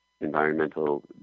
environmental